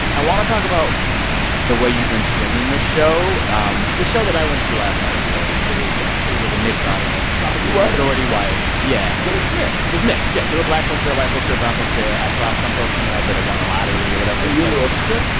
i want to talk about the way you've been screening this show. um the show that i went to last night of yours it was ah it was a mixed audience, probably. it was. majority white. yeah but it was mixed? it was mixed, yes. there were black folks there, white folks there, brown folks there. i saw some folks coming out that had won the lottery or whatever were you in the orchestra?